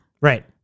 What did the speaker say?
Right